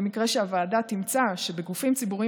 במקרה שהוועדה תמצא שבגופים ציבוריים